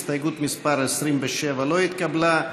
הסתייגות מס' 27 לא התקבלה.